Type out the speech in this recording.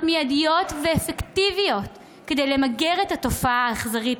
מיידיות ואפקטיביות כדי למגר את התופעה האכזרית